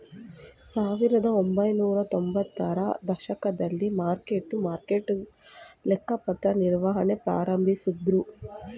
ಸಾವಿರದಒಂಬೈನೂರ ತೊಂಬತ್ತರ ದಶಕದಲ್ಲಿ ಮಾರ್ಕ್ ಟು ಮಾರ್ಕೆಟ್ ಲೆಕ್ಕಪತ್ರ ನಿರ್ವಹಣೆ ಪ್ರಾರಂಭಿಸಿದ್ದ್ರು